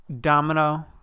Domino